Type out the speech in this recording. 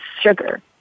sugar